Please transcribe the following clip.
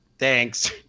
Thanks